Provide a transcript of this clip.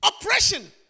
Oppression